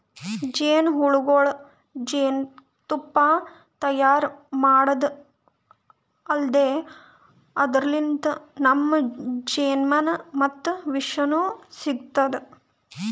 ಜೇನಹುಳಗೊಳ್ ಜೇನ್ತುಪ್ಪಾ ತೈಯಾರ್ ಮಾಡದ್ದ್ ಅಲ್ದೆ ಅದರ್ಲಿನ್ತ್ ನಮ್ಗ್ ಜೇನ್ಮೆಣ ಮತ್ತ್ ವಿಷನೂ ಸಿಗ್ತದ್